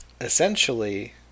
Essentially